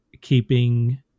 keeping